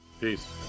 peace